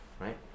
right